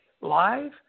live